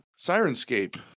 Sirenscape